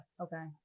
Okay